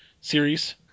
series